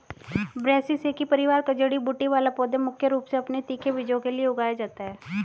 ब्रैसिसेकी परिवार का जड़ी बूटी वाला पौधा मुख्य रूप से अपने तीखे बीजों के लिए उगाया जाता है